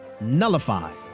nullifies